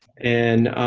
and